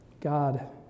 God